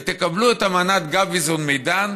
ותקבלו את אמנת גביזון-מדן,